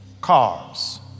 cars